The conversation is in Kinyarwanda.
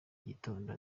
gitondo